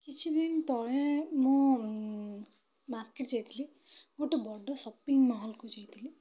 କିଛିଦିନ ତଳେ ମୁଁ ମାର୍କେଟ୍ ଯାଇଥିଲି ଗୋଟେ ବଡ଼ ସପିଙ୍ଗ ମଲ୍କୁ ଯାଇଥିଲି